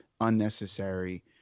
unnecessary